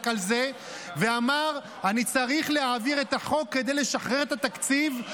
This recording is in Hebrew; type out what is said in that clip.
על זה ואמר: אני צריך להעביר את החוק כדי לשחרר את התקציב,